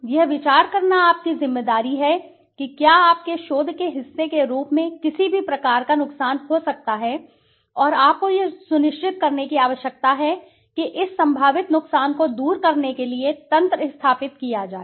यह विचार करना आपकी ज़िम्मेदारी है कि क्या आपके शोध के हिस्से के रूप में किसी भी प्रकार का नुकसान हो सकता है और आपको यह सुनिश्चित करने की आवश्यकता है कि इस संभावित नुकसान को दूर करने के लिए तंत्र स्थापित किया जाए